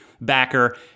backer